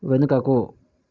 వెనుకకు